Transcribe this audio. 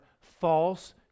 false